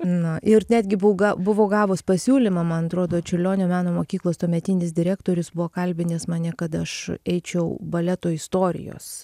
nu ir netgi buvau ga buvau gavus pasiūlymą man atrodo čiurlionio meno mokyklos tuometinis direktorius buvo kalbinęs mane kad aš eičiau baleto istorijos